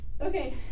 Okay